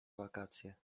wakacje